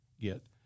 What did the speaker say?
get